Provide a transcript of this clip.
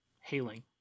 Hailing